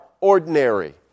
ordinary